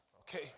Okay